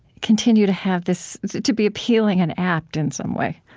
continue to have this to be appealing and apt in some way